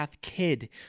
kid